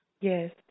Yes